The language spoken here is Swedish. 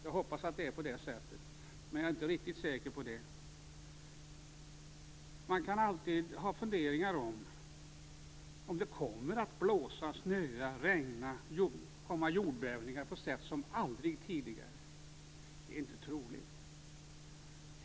Jag hoppas att det är på det sättet, men jag är inte riktigt säker på det. Man kan alltid ha funderingar om huruvida det kommer att blåsa, snöa, regna och komma jordbävningar som aldrig tidigare. Det är inte troligt.